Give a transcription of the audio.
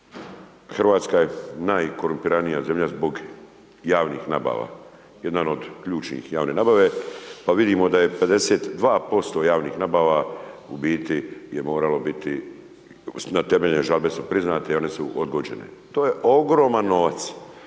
Hrvatska je najkorumpiranija zemlja zbog javnih nabava. Jedan od ključnih je javna nabava. Pa vidimo da je 52% javnih nabava u biti je moralo biti, temeljne žalbe su priznate i one su odgođene. To je ogroman novac.